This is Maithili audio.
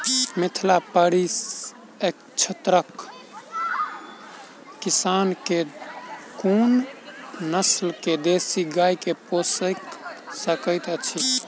मिथिला परिक्षेत्रक किसान केँ कुन नस्ल केँ देसी गाय केँ पोइस सकैत छैथि?